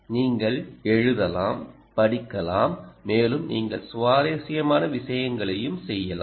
நீங்கள் எழுதலாம் படிக்கலாம் மேலும் நீங்கள் சுவாரஸ்யமான விஷயங்களையும் செய்யலாம்